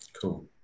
cool